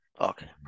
Okay